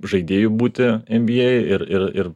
žaidėju būti nba ir ir ir